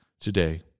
Today